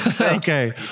Okay